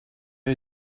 you